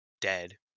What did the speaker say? dead